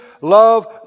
Love